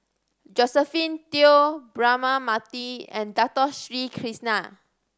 Josephine Teo Braema Mathi and Dato Sri Krishna